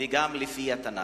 וגם לפי התנ"ך.